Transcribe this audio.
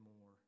more